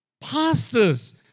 Pastors